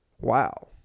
wow